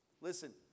Listen